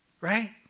right